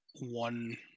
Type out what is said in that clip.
one